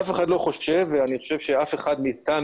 אף אחד לא חושב ואני חושב שאף אחד מאתנו